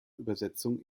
übersetzung